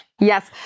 Yes